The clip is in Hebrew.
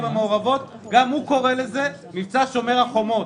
המעורבות הוא קורא לזה מבצע שומר החומות.